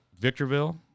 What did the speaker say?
Victorville